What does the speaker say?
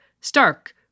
Stark